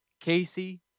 Casey